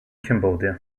cambodia